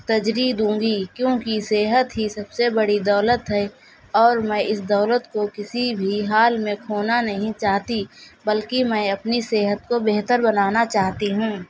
تجریح دوں گی کیونکہ صحت ہی سب سے بڑی دولت ہے اور میں اس دولت کو کسی بھی حال میں کھونا نہیں چاہتی بلکہ میں اپنی صحت کو بہتر بنانا چاہتی ہوں